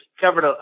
covered